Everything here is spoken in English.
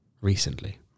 Recently